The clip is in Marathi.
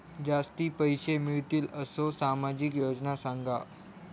जास्ती पैशे मिळतील असो सामाजिक योजना सांगा?